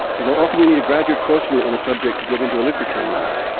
you know, often you need a graduate course and in a subject to get into a literature in math,